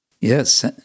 Yes